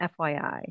FYI